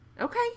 Okay